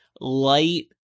light